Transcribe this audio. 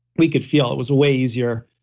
we could feel it was way easier.